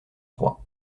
trois